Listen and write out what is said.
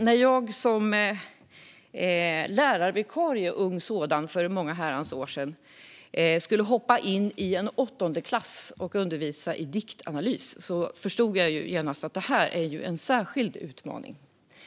När jag som ung lärarvikarie för många år sedan skulle hoppa in i en åttondeklass och undervisa i diktanalys förstod jag genast att det här är en särskild utmaning.